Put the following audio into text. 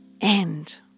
End